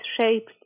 shaped